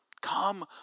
Come